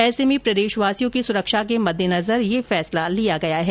ऐसे में प्रदेशवासिया की सुरक्षा के मद्देनजर ये फैसला लिया गया है